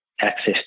access